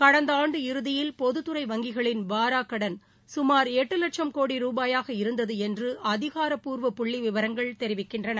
கடந்த ஆண்டு இறுதியில் பொதுத்துறை வங்கிகளின் வாரா கடன் சுமார் எட்டு வட்சம் கோடி ருபாயாக இருந்தது என்று அதிகாரப்பூர்வ புள்ளி விவரங்கள் தெரிவிக்கின்றன